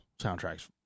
soundtrack's